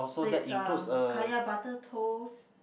so it's a kaya butter toast